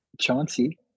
Chauncey